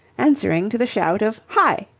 answering to the shout of hi!